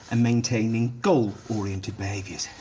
and maintaining goal-oriented behaviors.